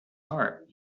heart